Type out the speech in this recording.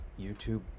YouTube